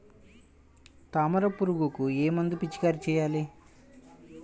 తామర పురుగుకు ఏ మందు పిచికారీ చేయాలి?